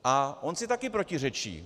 A on si taky protiřečí.